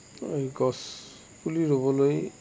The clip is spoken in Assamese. মই গছ পুলি ৰুবলৈ